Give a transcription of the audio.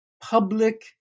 public